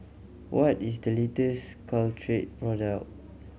what is the latest Caltrate product